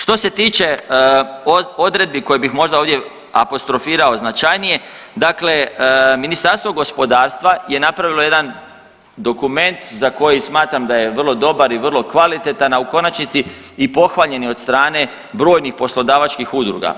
Što se tiče odredbi koje bih možda ovdje apostrofirao značajnije, dakle Ministarstvo gospodarstva je napravilo jedan dokument za koji smatram da je vro dobar i vrlo kvalitetan, a u konačnici i pohvaljen je od strane brojnih poslodavačkih udruga.